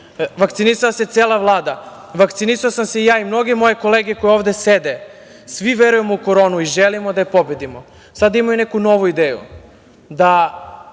Vakcinisala se cela Vlada, vakcinisao sam se i ja mnoge moje kolege koje ovde sede. Svi verujemo u koronu i želimo da je pobedimo. Sada imaju neku novu ideju,